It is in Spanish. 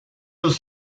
las